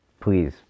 please